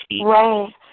Right